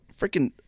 freaking